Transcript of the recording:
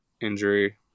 injury